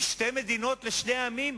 כי שתי מדינות לשני עמים,